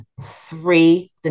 three